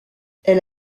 elle